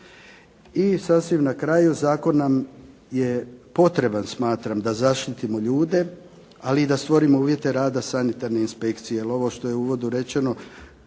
I sasvim na kraju, zakon nam je potreban smatram da zaštitimo ljude, ali i da stvorimo uvjete rada sanitarne inspekcije. Ali ovo što je u uvodu rečeno